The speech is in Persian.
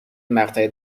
مقطع